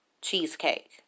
cheesecake